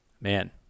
man